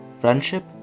friendship